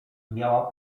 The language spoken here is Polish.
miała